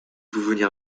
venir